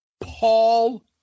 Paul